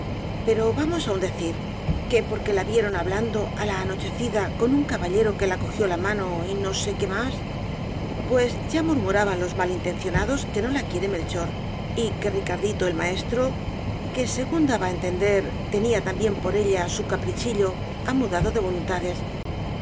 pero vamos á un decir que porque la vieron hablando á la anochecida con un caballero que la cogió la mano y no sé qué más pues ya murmuraban los malintencionados que no la quiere melchor y que ricardito el maestro que ó rosalía de castro según daba á entender tenía también por ella su caprichillo ha mudado de voluntades